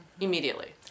immediately